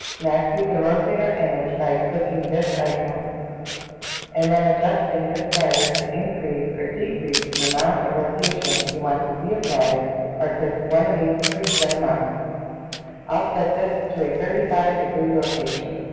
next, we can rotate our image by clicking this icon and then adjusting this slider to increase or decrease the amount of rotation you want to be applied or click one of these preset amounts i'll set this to a thirty five degree rotation